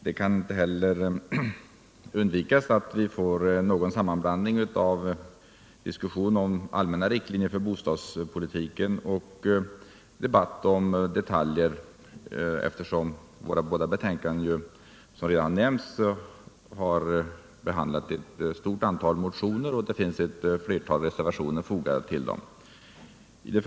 Det kan inte heller undvikas att vi får någon sammanblandning av diskussionen om allmänna riktlinjer för bostadspolitiken och debatten om detaljer, eftersom våra båda betänkanden behandlar ett stort antal motioner och det även finns ett flertal reservationer fogade till betänkandena.